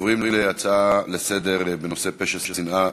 עוברים להצעה לסדר-היום בנושא: פשע שנאה,